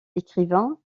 écrivain